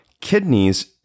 kidneys